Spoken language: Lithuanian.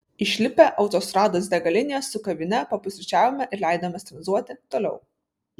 išlipę autostrados degalinėje su kavine papusryčiavome ir leidomės tranzuoti toliau